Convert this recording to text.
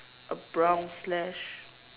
a brown slash